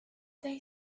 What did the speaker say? they